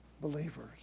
believers